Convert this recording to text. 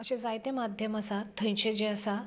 अशें जायते माध्यम आसा थंयचे जे आसा